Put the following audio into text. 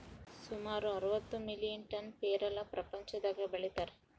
ಸುಮಾರು ಅರವತ್ತು million ton ಪೇರಲ ಪ್ರಪಂಚದಾಗ ಬೆಳೀತಾರ